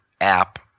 app